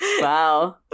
Wow